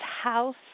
house